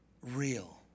real